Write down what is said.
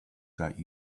that